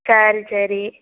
சரி சரி